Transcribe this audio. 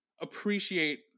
appreciate